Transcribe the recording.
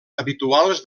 habituals